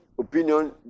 opinion